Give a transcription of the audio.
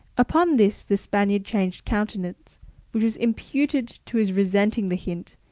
upon this the spaniard changed countenance which was imputed to his resenting the hint,